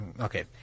Okay